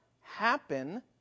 happen